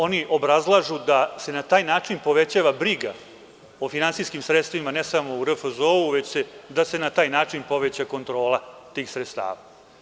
Oni obrazlažu da se na taj način povećava briga u finansijskim sredstvima, ne samo u RFZO, već da se na taj način poveća kontrola tih sredstava.